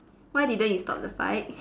why didn't you stop the fight